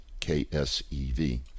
KSEV